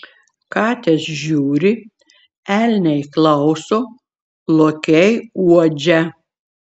katės žiūri elniai klauso lokiai uodžia